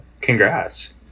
Congrats